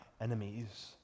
enemies